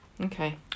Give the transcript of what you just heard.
Okay